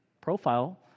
profile